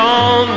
on